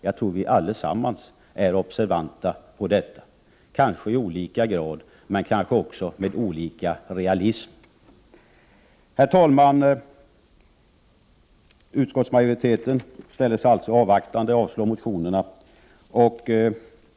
Jag tror att vi allesammans är observanta på detta — kanske i olika grad, men kanske också med olika realism. Herr talman! Utskottsmajoriteten ställer sig alltså avvaktande och avstyrker motionerna.